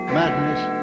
madness